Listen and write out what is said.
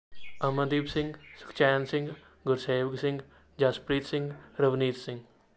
Amandeep Singh Sukhchain Singh Gursewak Singh Jaspreet Singh Ravneet Singh